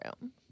room